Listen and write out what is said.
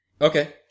Okay